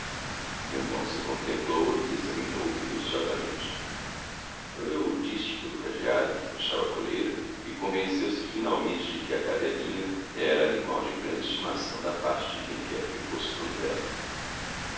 mendonça contemplou-a e examinou minuciosamente leu o dístico do cadeado que fechava a coleira e convenceu-se finalmente de que a cadelinha era animal de grande estimação da parte de quem quer que fosse dono dela